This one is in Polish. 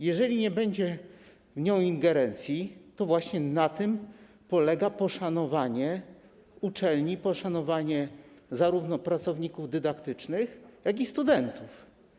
Jeżeli nie będzie w nią ingerencji, to właśnie na tym polega poszanowanie uczelni, poszanowanie zarówno pracowników dydaktycznych, jak i studentów.